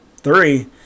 three